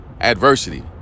Adversity